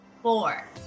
four